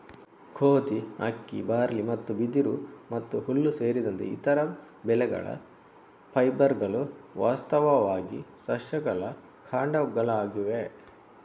ಗೋಧಿ, ಅಕ್ಕಿ, ಬಾರ್ಲಿ ಮತ್ತು ಬಿದಿರು ಮತ್ತು ಹುಲ್ಲು ಸೇರಿದಂತೆ ಇತರ ಬೆಳೆಗಳ ಫೈಬರ್ಗಳು ವಾಸ್ತವವಾಗಿ ಸಸ್ಯಗಳ ಕಾಂಡಗಳಾಗಿವೆ